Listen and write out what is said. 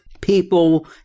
People